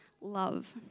love